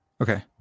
Okay